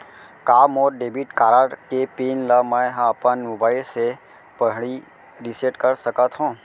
का मोर debit card के पिन ल मैं ह अपन मोबाइल से पड़ही रिसेट कर सकत हो?